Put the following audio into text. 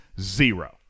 zero